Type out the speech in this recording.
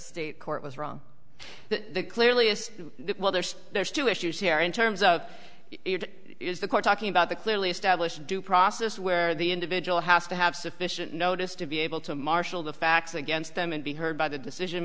supreme court was wrong that clearly as well there's there's two issues here in terms of is the court talking about the clearly established due process where the individual has to have sufficient notice to be able to marshal the facts against them and be heard by the decision